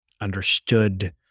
understood